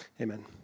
Amen